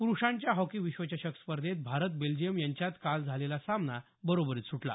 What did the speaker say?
पुरुषांच्या हॉकी विश्वचषक स्पर्धेत भारत बेल्जियम यांच्यात काल झालेला सामना बरोबरीत सुटला